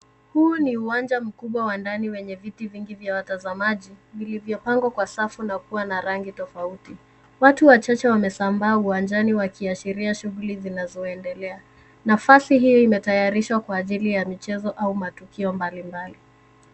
Huo ni uwanja mkubwa wa ndani wenye viti vingi vya watazamaji, vilinyopangwa kwa safu na kuwa na rangi tofauti. Watu wa chache wasambaa uwanjani wa kiashiria shughuli zinazoendelea. Nafasi hiyo imetayarishwa kwa ajili ya michezo au matukio mbalimbali.